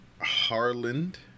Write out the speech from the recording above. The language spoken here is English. Harland